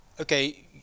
okay